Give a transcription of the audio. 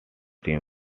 stems